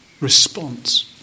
response